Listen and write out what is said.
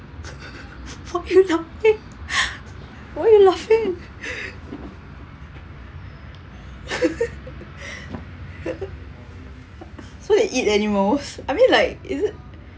why you laughing why you laughing so they eat animals I mean like is it